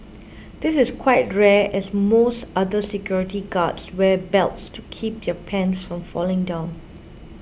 this is quite rare as most other security guards wear belts to keep their pants from falling down